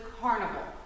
carnival